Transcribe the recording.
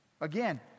Again